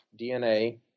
DNA